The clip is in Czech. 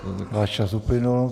Váš čas uplynul.